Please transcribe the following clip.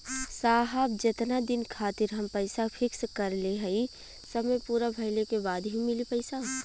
साहब जेतना दिन खातिर हम पैसा फिक्स करले हई समय पूरा भइले के बाद ही मिली पैसा?